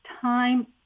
time